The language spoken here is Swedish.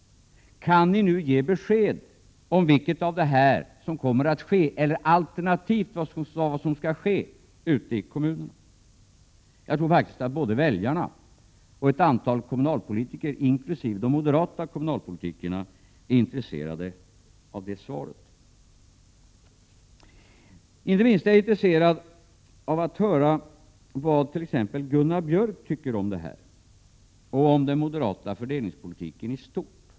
Kan ni nu kanske ge besked om vilket av dessa alternativ eller vilket annat alternativ som bör genomföras i kommunerna? Jag tror att både väljarna och ett antal kommunalpolitiker, inkl. de moderata kommunalpolitikerna, vore intresserade av det svaret. Prot. 1987/88:137 Inte minst är jag intresserad av att höra vad t.ex. Gunnar Björk tycker om 9 juni 1988 det här och om den moderata fördelningspolitiken i stort.